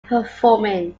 performing